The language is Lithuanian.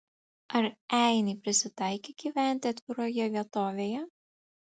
ar einiai prisitaikę gyventi atviroje vietovėje